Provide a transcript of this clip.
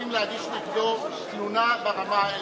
יכולים להגיש נגדו תלונה ברמה האתית.